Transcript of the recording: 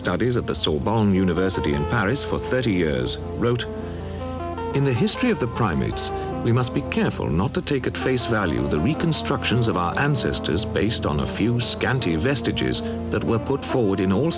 studies of the soul bone university in paris for thirty years wrote in the history of the primates we must be careful not to take it face value of the reconstructions of our ancestors based on a few scanty vestiges that were put forward in all